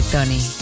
Tony